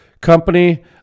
company